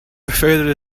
further